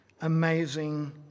amazing